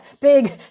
big